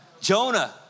Jonah